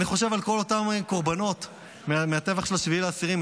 אני חושב על ההורים ועל הילדים ועל